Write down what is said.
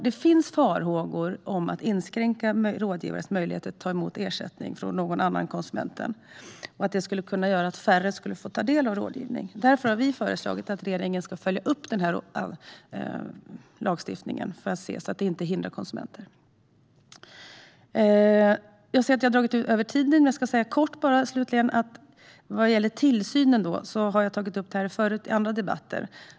Det finns farhågor med att inskränka rådgivares möjligheter att ta emot ersättning från någon annan än konsumenten. Det skulle kunna göra att färre får ta del av rådgivning. Därför har vi föreslagit att regeringen ska följa upp denna lagstiftning för att säkerställa att den inte hindrar konsumenterna. Slutligen vill jag nämna något om tillsynen. Jag har tidigare har tagit upp detta i andra debatter.